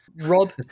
Rob